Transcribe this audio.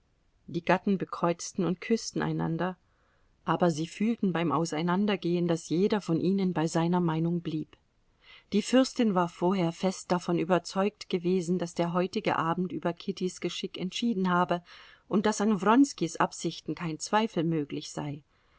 die gatten bekreuzten und küßten einander aber sie fühlten beim auseinandergehen daß jeder von ihnen bei seiner meinung blieb die fürstin war vorher fest davon überzeugt gewesen daß der heutige abend über kittys geschick entschieden habe und daß an wronskis absichten kein zweifel möglich sei